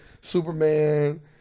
Superman